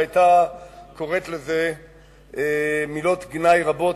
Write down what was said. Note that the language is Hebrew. והיתה קוראת לזה במילות גנאי רבות.